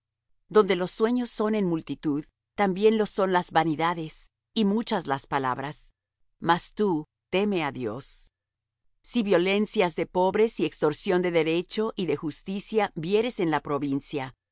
donde los sueños son en multitud también lo son las vanidades y muchas las palabras mas tú teme á dios si violencias de pobres y extorsión de derecho y de justicia vieres en la porvincia